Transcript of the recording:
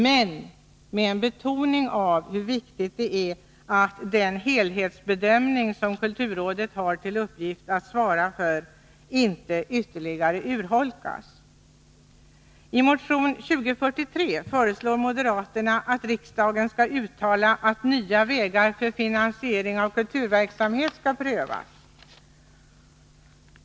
Jag vill dock betona hur viktigt det är att den helhetsbedömning som kulturrådet har till uppgift att svara för inte urholkas ännu mer.